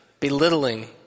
Belittling